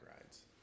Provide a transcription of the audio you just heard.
rides